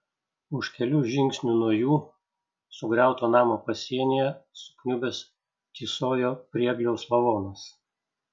už kelių žingsnių nuo jų sugriauto namo pasienyje sukniubęs tysojo priegliaus lavonas